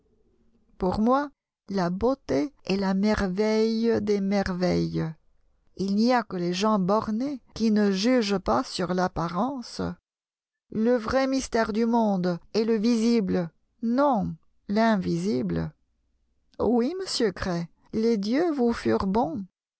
pour moi la beauté est la merveille des merveilles il n'y a que les gens bornés qui ne jugent pas sur l'apparence le vrai mystère du monde est le visible non l'invisible oui monsieur gray les dieux vous furent bons